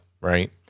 right